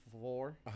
four